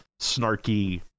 snarky